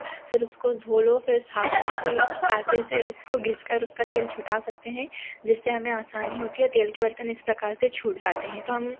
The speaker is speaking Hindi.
फिर उसको धो लो फिर साबुन से कायजे से उसको घिसकर उसका तेल छुटा सकते हैं जिससे हमें आसानी होती है और तेल के बर्तन इस प्रकार से छूट जाते हें तो हम